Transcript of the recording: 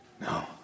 No